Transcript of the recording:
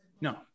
No